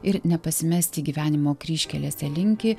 ir nepasimesti gyvenimo kryžkelėse linki